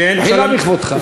במחילה מכבודך.